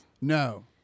No